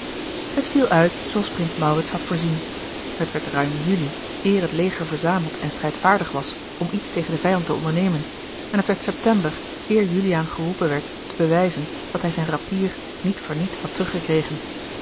het viel uit zooals prins maurits had voorzien het werd ruim juli eer het leger verzameld en strijdvaardig was om iets tegen den vijand te ondernemen en het werd september eer juliaan geroepen werd te bewijzen dat hij zijn rapier niet voor niet had